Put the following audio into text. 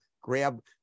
grab